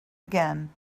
again